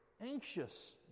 anxious